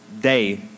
day